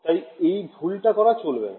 তাই এই ভুল টা করা চলবে না